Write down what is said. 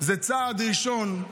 זה צעד ראשון.